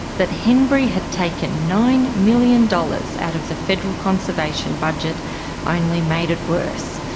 that henbury had taken nine million dollars out of the federal conservation budget only made it worse.